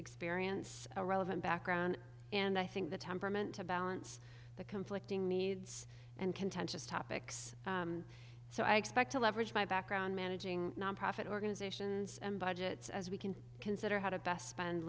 experience a relevant background and i think the temperament to balance the conflicting needs and contentious topics so i expect to leverage my background managing nonprofit organizations and budgets as we can consider how to best spend